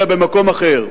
אלא במקום אחר.